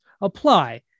Apply